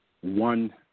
one